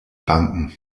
banken